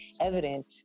evident